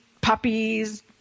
puppies